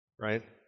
right